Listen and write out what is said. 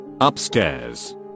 Upstairs